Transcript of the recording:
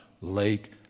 lake